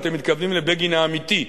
אתם מתכוונים לבגין האמיתי.